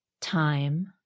time